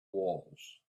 walls